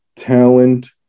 Talent